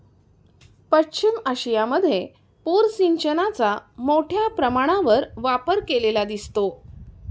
पश्चिम आशियामध्ये पूर सिंचनाचा मोठ्या प्रमाणावर वापर केलेला दिसतो